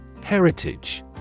Heritage